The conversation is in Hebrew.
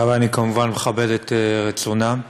אבל אני כמובן מכבד את רצונם,